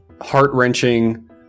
heart-wrenching